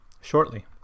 shortly